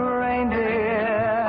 reindeer